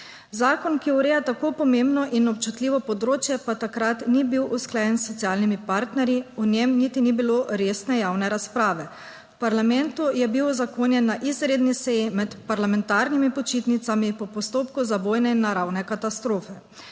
Zakon, ki ureja tako pomembno in občutljivo področje, pa takrat ni bil usklajen s socialnimi partnerji, o njem niti ni bilo resne javne razprave. V parlamentu je bil uzakonjen na izredni seji med parlamentarnimi počitnicami po postopku za vojne in naravne katastrofe.